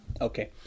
Okay